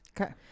Okay